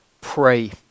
pray